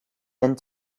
and